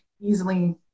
easily